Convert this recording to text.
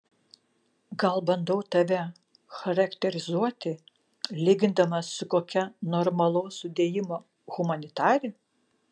gal bandau tave charakterizuoti lygindamas su kokia normalaus sudėjimo humanitare